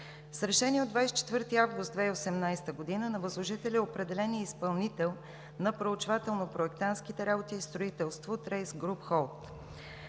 С Решение от 24 август 2018 г. на възложителя е определен и изпълнител на проучвателно-проектантските работи и строителство „Трейс Груп Холд“.